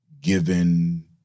given